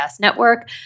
network